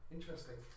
Interesting